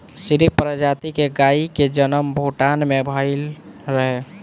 सीरी प्रजाति के गाई के जनम भूटान में भइल रहे